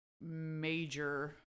major